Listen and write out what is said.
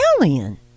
alien